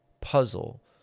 puzzle